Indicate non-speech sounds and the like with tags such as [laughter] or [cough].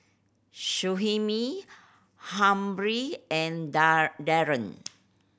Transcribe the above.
Shyheim Humphrey and [unintelligible] Darren